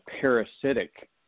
parasitic